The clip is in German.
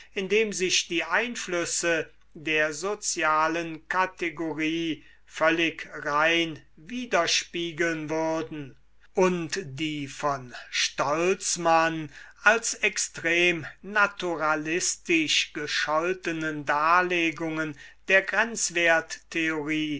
in dem sich die einflüsse der sozialen kategorie völlig rein widerspiegeln würden und die von stolzmann als extrem naturalistisch gescholtenen darlegungen der